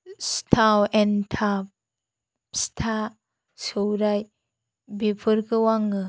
सिथाव एन्थाब फिथा सौराय बेफोरखौ आङो